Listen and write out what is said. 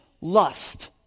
lust